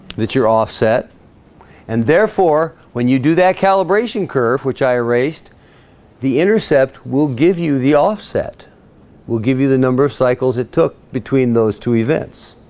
that you're offset and therefore when you do that calibration curve, which i erased the intercept will give you the offset will give you the number of cycles it took between those two events